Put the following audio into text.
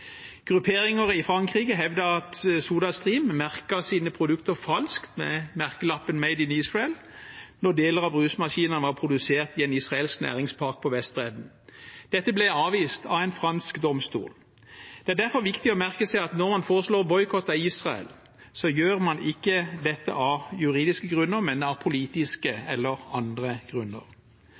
Frankrike hevder at SodaStream merket sine produkter falskt med merkelappen «Made in Israel» når deler av brusmaskinen var produsert i en israelsk næringspark på Vestbredden. Dette ble avvist av en fransk domstol. Det er derfor viktig å merke seg at når en foreslår boikott av Israel, gjør man ikke dette av juridiske grunner, men av politiske eller andre grunner.